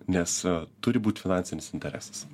nes turi būt finansinis interesas